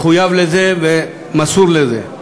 והוא מחויב לזה ומסור לזה.